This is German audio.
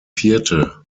vierte